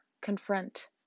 confront